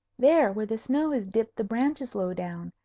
there where the snow has dipped the branches low down.